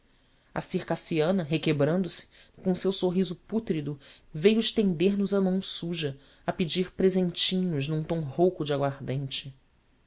a circassiana requebrando-se com o seu sorriso pútrido veio estender nos a mão suja a pedir presentinhos num tom rouco de aguardente